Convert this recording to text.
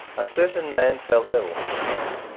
a certain man fell ill, and,